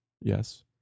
Yes